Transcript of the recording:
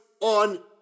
on